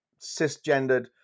cisgendered